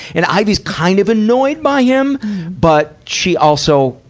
and ivy's kind of annoyed by him. but, she also,